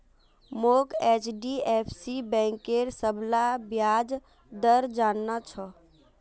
मोक एचडीएफसी बैंकेर सबला ब्याज दर जानना छ